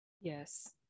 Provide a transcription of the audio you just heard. Yes